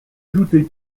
ajouter